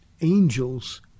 angels